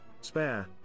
Spare